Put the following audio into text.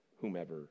whomever